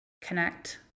connect